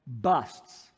busts